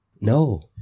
No